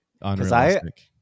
unrealistic